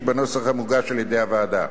ובקריאה שלישית בנוסח המוגש על-ידי הוועדה.